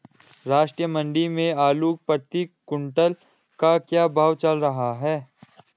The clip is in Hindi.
राष्ट्रीय मंडी में आलू प्रति कुन्तल का क्या भाव चल रहा है?